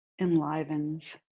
enlivens